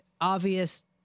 obvious